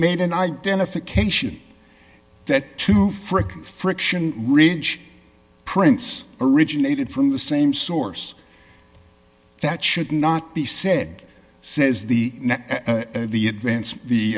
made an identification that to frick friction ridge prince originated from the same source that should not be said says the the advance